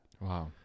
Wow